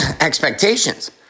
expectations